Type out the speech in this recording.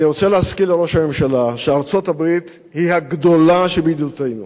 אני רוצה להזכיר לראש הממשלה שארצות-הברית היא הגדולה שבידידותינו.